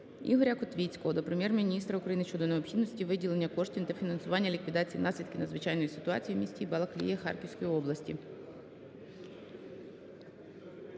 Ігоря Котвіцького до Прем'єр-міністра України щодо необхідності виділення коштів для фінансування ліквідації наслідків надзвичайної ситуації у місті Балаклія Харківської області.